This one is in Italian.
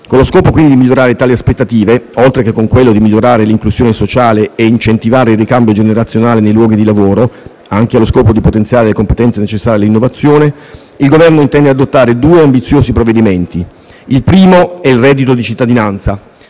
Con lo scopo, quindi, di migliorare tali aspettative, oltre che con quello di migliorare l'inclusione sociale e incentivare il ricambio generazionale nei luoghi di lavoro (anche allo scopo di potenziare le competenze necessarie all'innovazione), il Governo intende adottare due ambiziosi provvedimenti. Il primo è il reddito di cittadinanza,